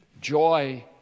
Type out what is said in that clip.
joy